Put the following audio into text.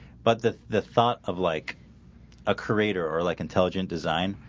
but the the thought of like a creator or like intelligent design.